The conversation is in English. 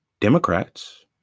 Democrats